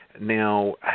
Now